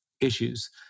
issues